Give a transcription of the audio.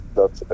dat